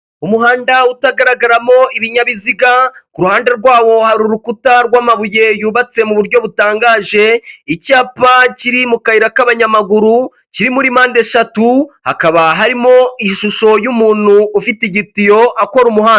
Umuhanda utagaragaramo ibinyabiziga kuruhande rwawo hari urukuta rw'amabuye yubatse mu buryo butangaje, icyapa kiri mu kayira k'abanyamaguru kiri muri mpande eshatu hakaba harimo ishusho y'umuntu ufite igitiyo akora umuhanda.